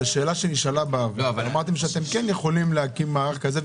זו שאלה שנשאלה ואמרתם שאתם כן יכולים להקים מערך כזה,